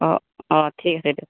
অঁ অঁ ঠিক আছে দিয়ক